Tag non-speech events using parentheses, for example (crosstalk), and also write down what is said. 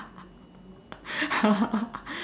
(laughs)